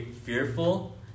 fearful